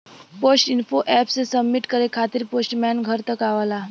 post info app से submit करे खातिर पोस्टमैन घर तक आवला